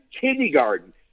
kindergarten